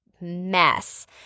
mess